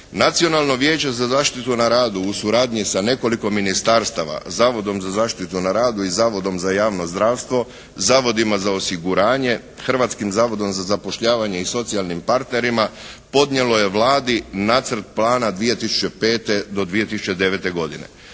Nacionalno vijeće za zaštitu na radu u suradnji sa nekoliko ministarstava, Zavodom za zaštitu na radu i Zavodom za javno zdravstvo. Zavodima za osiguranje, Hrvatskim zavodom za zapošljavanje i socijalnim partnerima podnijelo je Vladi nacrt plana 2005. do 2009. godine.